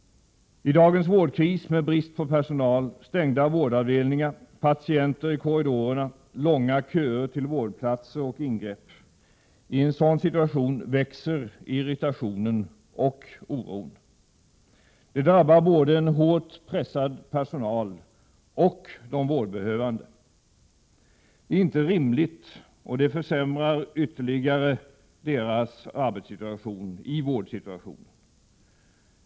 I dagens vårdkris med brist på personal, stängda vårdavdelningar, patienter i korridorerna, långa köer till vårdplatser och ingrepp — i en sådan situation växer irritationen och oron. Det drabbar både en hårt pressad personal och de vårdbehövande. Det är inte rimligt och det försämrar ytterligare deras arbetssituation i vården.